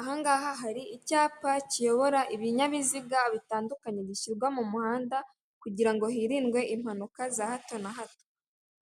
Ahangaha hari icyapa kiyobora ibinyabiziga bitandukanye gishyirwa mu muhanda kugirango hirindwe impanuka za hato na hato